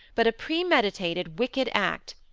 but a premeditated, wicked act.